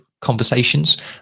conversations